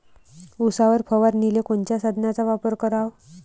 उसावर फवारनीले कोनच्या साधनाचा वापर कराव?